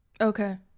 Okay